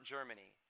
Germany